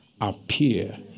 appear